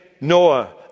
Noah